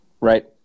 right